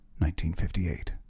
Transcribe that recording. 1958